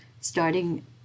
starting